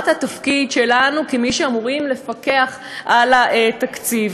התפקיד שלנו כמי שאמורים לפקח על התקציב.